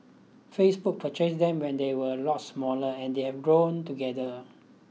Facebook purchased them when they were a lot smaller and they have grown together